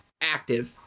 active